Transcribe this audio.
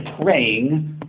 praying